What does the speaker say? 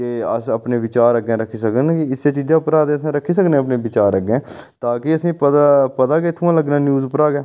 ते अस अपने विचार अग्गें रक्खी सकन इस्सै चीजां उप्परां अस रक्खी सकने विचार अग्गें ताकि असें ई पता पता गै इत्थुआं लग्गना न्यूज उप्परां गै